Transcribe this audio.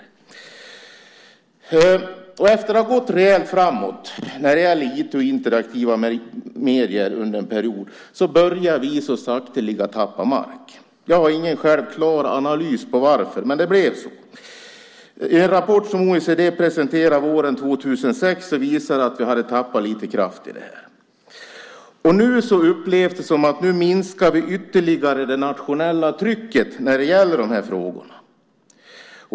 Efter att under en period ha gått rejält framåt när det gäller IT och interaktiva medier börjar vi nu så sakteliga att tappa mark. Jag har ingen självklar analys av varför, men det så har det blivit. En rapport som OECD presenterade våren 2006 visar att vi tappat lite kraft i det här sammanhanget. Nu upplever man att vi ytterligare minskar det nationella trycket i de här frågorna.